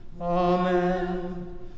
Amen